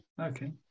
Okay